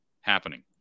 happening